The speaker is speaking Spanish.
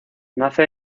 nace